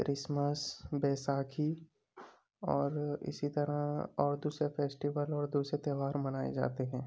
Christmas Baisakhi اور اسی طرح اور دوسرے فیسٹیول اور دوسرے تہوار منائے جاتے ہیں